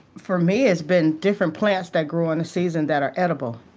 for me, it's been different plants that grow in a season that are edible.